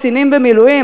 קצינים במילואים,